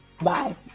bye